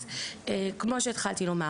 כמו שהתחלתי לומר,